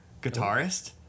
Guitarist